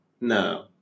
no